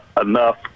enough